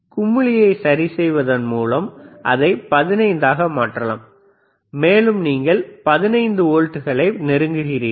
குமிழியை சரிசெய்வதன் மூலம் அதை 15 ஆக மாற்றலாம் மேலும் நீங்கள் 15 வோல்ட்டுகளை நெருங்குவீர்கள்